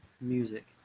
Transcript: music